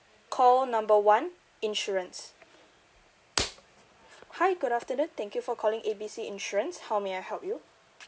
call number one insurance hi good afternoon thank you for calling A B C insurance how may I help you